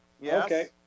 yes